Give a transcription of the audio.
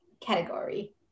category